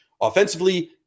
offensively